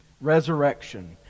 Resurrection